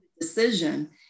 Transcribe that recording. decision